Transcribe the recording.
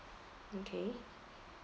okay